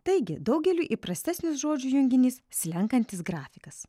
taigi daugeliui įprastesnis žodžių junginys slenkantis grafikas